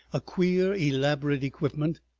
a queer elaborate equipment.